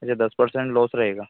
अच्छा दस percent loss रहेगा